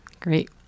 Great